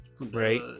right